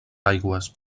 aigües